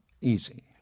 easy